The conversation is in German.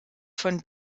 von